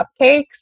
cupcakes